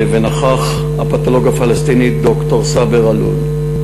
ונכח הפתולוגי הפלסטיני ד"ר סאבר אלעלול.